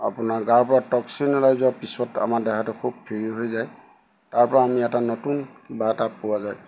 আপোনাৰ গাৰ পৰা টক্চিন ওলাই যোৱাৰ পিছত আমাৰ দেহাটো খুব ফ্ৰী হৈ যায় তাৰপৰা আমি এটা নতুন কিবা এটা পোৱা যায়